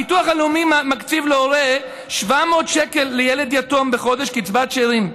הביטוח הלאומי מקציב להורה 700 שקל לילד יתום בחודש בקצבת שאירים,